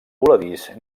voladís